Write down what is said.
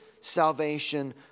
salvation